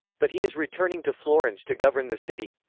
but he is returning to florence to govern the city.